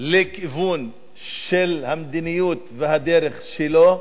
לכיוון של המדיניות והדרך שלו,